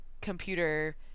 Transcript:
computer